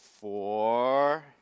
four